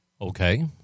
Okay